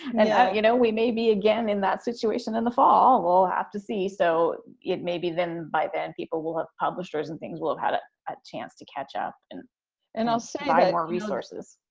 and yeah you know, we may be again in that situation in the fall. we'll have to see. so it may be then by then people will have publishers, and things will have had ah a chance to catch up. and and also buy more resources.